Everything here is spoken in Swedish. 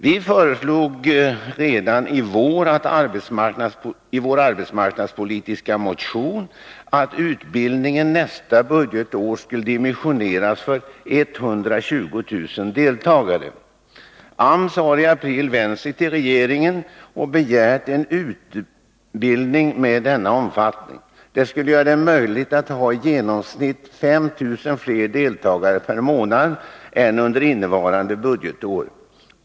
Vi föreslog redan i vår arbetsmarknadspolitiska motion i januari att utbildningen nästa budgetår skulle dimensioneras för 120 000 deltagare. AMS har i april vänt sig till regeringen och begärt en utbildning med denna omfattning. Detta skulle göra det möjligt att i genomsnitt ha 5000 fler deltagare per månad än under innevarande budgetår.